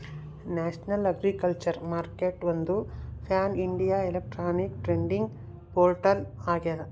national agriculture ಮಾರ್ಕೆಟ್ಒಂದು pan India electronic trading portal ಆಗ್ಯದ